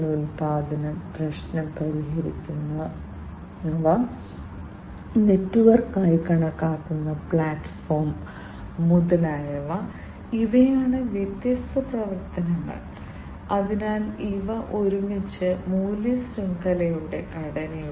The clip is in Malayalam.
ചില പ്രത്യേക ആപ്ലിക്കേഷൻ ആവശ്യകതകൾ നിറവേറ്റുന്നതിനായി കൂടുതൽ നടപടിയെടുക്കുന്നതിന് ചില സെൻസിംഗിനെ അടിസ്ഥാനമാക്കിയുള്ളതാണ് അല്ലെങ്കിൽ കുറച്ച് ഫീഡ്ബാക്ക് ലഭിക്കുന്നു